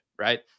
right